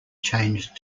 changed